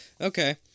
Okay